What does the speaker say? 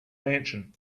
mansion